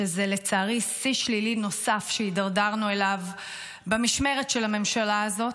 שזה לצערי שיא שלילי נוסף שהידרדרנו אליו במשמרת של הממשלה הזאת.